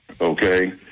okay